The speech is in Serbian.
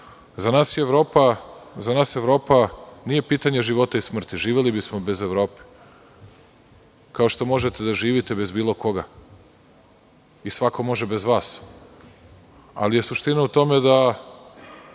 nas Evropa nije pitanje života i smrti. Živeli bismo bez Evrope, kao što možete da živite bez koga i svako može bez vas, ali je suština u tome da